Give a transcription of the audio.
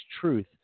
truth